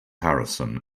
harrison